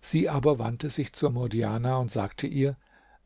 sie aber wandte sich zu murdjana und sagte ihr